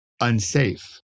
unsafe